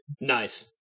Nice